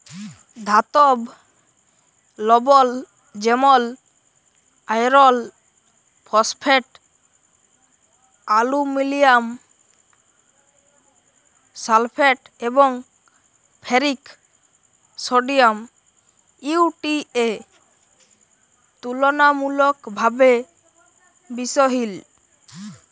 ধাতব লবল যেমল আয়রল ফসফেট, আলুমিলিয়াম সালফেট এবং ফেরিক সডিয়াম ইউ.টি.এ তুললামূলকভাবে বিশহিল